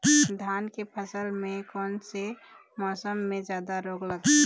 धान के फसल मे कोन से मौसम मे जादा रोग लगथे?